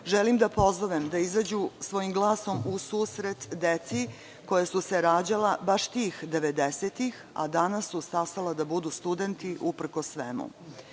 želim da pozovem da izađu svojim glasom u susret deci koja su se rađala baš tih devedesetih, a danas su stasala da budu studenti uprkos svemu